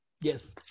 Yes